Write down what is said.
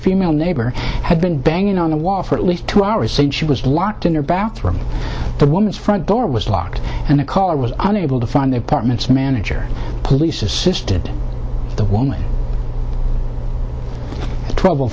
female neighbor had been banging on the wall for at least two hours since she was locked in her bathroom the woman's front door was locked and the caller was unable to find the apartments manager police assisted the woman trouble